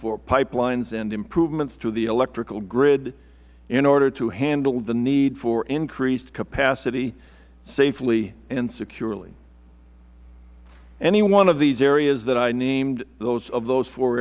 for pipelines and improvements to the electrical grid in order to handle the need for increased capacity safely and securely any one of these areas that i named of those four